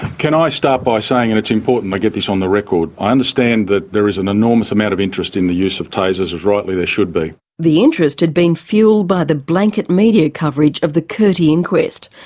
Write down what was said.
can i start by saying and it's important i get this on the record i understand that there is an enormous amount of interest in the use of tasers, as rightly there should be, wendy carlisle the interest had been fuelled by the blanket media coverage of the curti inquest,